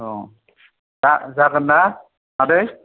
औ दा जागोन मादै